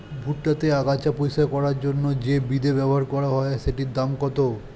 ভুট্টা তে আগাছা পরিষ্কার করার জন্য তে যে বিদে ব্যবহার করা হয় সেটির দাম কত?